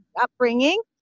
upbringing